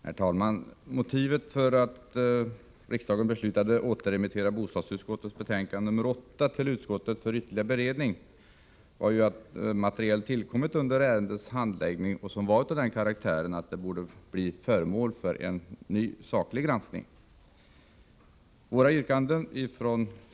Herr talman! Motivet bakom riksdagens beslut att återremittera bostadsutskottets betänkande nr 8 till utskottet för ytterligare beredning var ju att nytt material tillkommit under ärendets handläggning. Materialet var så beskaffat att frågan borde bli föremål för en ny saklig granskning.